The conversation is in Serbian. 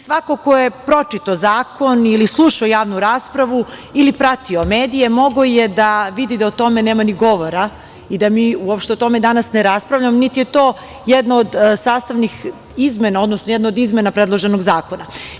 Svako ko je pročitao zakon, slušao javnu raspravu ili pratio medije mogao je da vidi da o tome nema ni govora i da mi uopšte o tome danas ne raspravljamo, niti je to jedna od sastavnih izmena, odnosno jedna od izmena predloženog zakona.